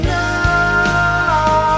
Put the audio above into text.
now